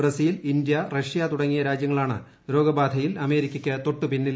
Brazil India Russia തുടങ്ങിയ രാജ്യങ്ങളാണ് രോഗബാധയിൽ അമേരിക്കക്ക് തൊട്ടുപിന്നിൽ